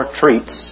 treats